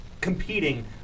competing